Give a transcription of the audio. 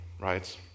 right